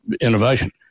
innovation